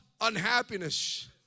unhappiness